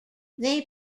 they